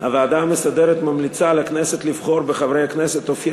הוועדה המסדרת ממליצה לכנסת לבחור בחברי הכנסת אופיר